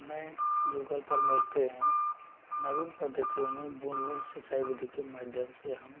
हमें गूगल पर मिलते हैं नवीन पद्धतियो में बूंद बूंद सिंचाई विधि के माध्यम से हम